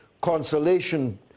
consolation